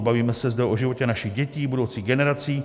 Bavíme se zde o životě našich dětí, budoucích generací.